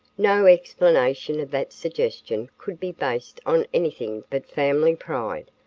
no explanation of that suggestion could be based on anything but family pride,